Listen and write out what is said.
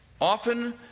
often